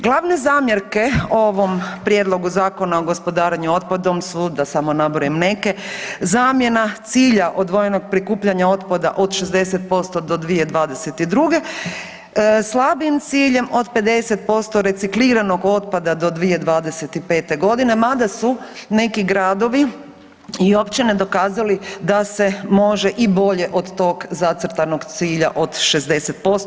Glavne zamjerke ovom prijedlogu Zakona o gospodarenju otpadom su da samo nabrojim neke, zamjena cilja odvojenog prikupljanja otpada od 60% do 2022., slabijim ciljem od 50% recikliranog otpada do 2025.g., mada su neki gradovi i općine dokazali da se može i bolje od tog zacrtanog cilja od 60%